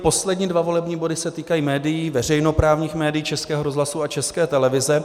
Poslední dva volební body se týkají médií, veřejnoprávních médií, Českého rozhlasu a České televize.